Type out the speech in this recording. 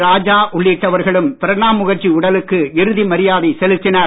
ராஜா உள்ளிட்டவர்களும் பிரணாப் முகர்ஜி உடலுக்கு இறுதி மரியாதை செலுத்தினர்